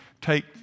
take